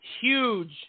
huge